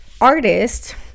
artist